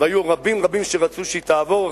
והיו רבים רבים שרצו שתעבור,